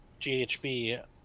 GHB